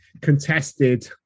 contested